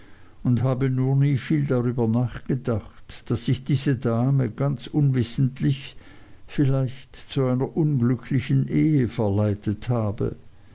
und habe nur nie viel darüber nachgedacht daß ich diese dame ganz unwissentlich vielleicht zu einer unglücklichen ehe verleitet habe